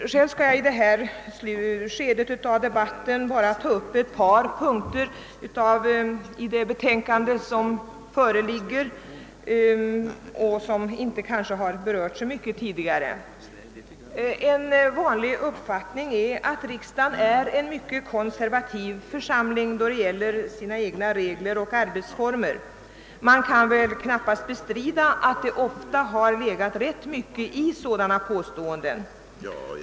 Själv skall jag i det här skedet av debatten bara ta upp ett par punkter i det föreliggande betänkandet, vilka inte berörts så mycket tidigare. En vanlig uppfatining är att riksdagen är en mycket konservativ församling då det gäller dess egna regler och arbetsformer. Man kan väl knappast bestrida att det ofta legat rätt mycket i sådana påståenden.